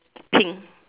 pink